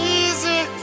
easy